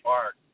Park